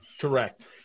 Correct